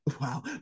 wow